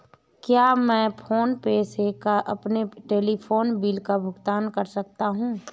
क्या मैं PhonePe से अपने टेलीफोन बिल का भुगतान कर सकता हूँ?